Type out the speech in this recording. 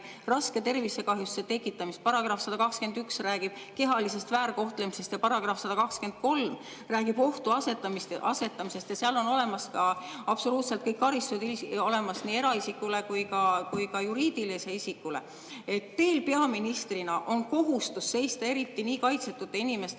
raske tervisekahjustuse tekitamisest. Paragrahv 121 räägib kehalisest väärkohtlemisest ja § 123 räägib ohtu asetamisest. Seal on olemas ka absoluutselt kõik karistused nii eraisikule kui ka juriidilisele isikule. Teil peaministrina on kohustus seista nii kaitsetute inimeste